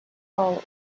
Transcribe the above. hull